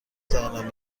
توانم